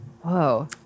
Whoa